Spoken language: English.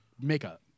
makeup